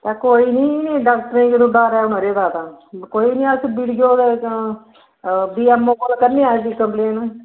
ओह् कोई निं डॉक्टरें ते दादा मरे दादा ते कोई ना अस बीएमओ कोल करने आं कम्पलेन